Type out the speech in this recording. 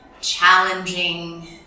challenging